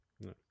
no